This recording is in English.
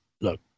look